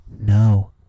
No